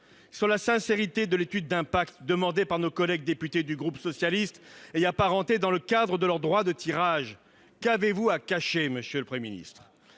sur la sincérité de l'étude d'impact demandée par nos collègues députés du groupe socialiste et apparentés, dans le cadre de leur droit de tirage. Qu'avez-vous à cacher, monsieur le Premier ministre ?